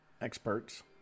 experts